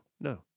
no